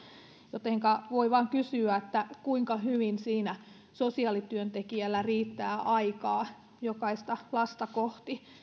jotenka voi vain kysyä kuinka hyvin siinä sosiaalityöntekijällä riittää aikaa jokaista lasta kohti